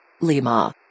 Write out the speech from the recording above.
Lima